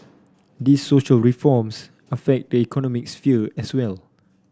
these social reforms affect the economic sphere as well